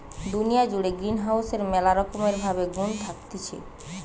দুনিয়া জুড়ে গ্রিনহাউসের ম্যালা রকমের ভালো গুন্ থাকতিছে